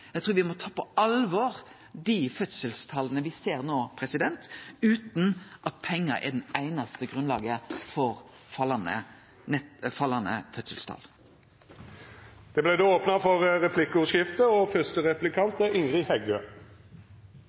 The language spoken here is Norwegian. Eg trur me må ta på alvor dei fødselstala me ser no – utan at pengar er den einaste grunnen til fallande fødselstal. Det vert replikkordskifte. Kristeleg Folkeparti sitt alternative budsjett hadde ikkje dei store skattekutta, og